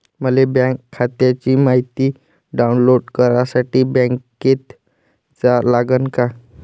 मले बँक खात्याची मायती डाऊनलोड करासाठी बँकेत जा लागन का?